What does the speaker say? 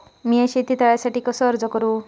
मीया शेत तळ्यासाठी कसो अर्ज करू?